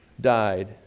died